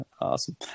Awesome